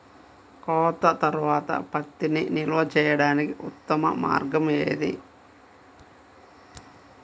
కోత తర్వాత పత్తిని నిల్వ చేయడానికి ఉత్తమ మార్గం ఏది?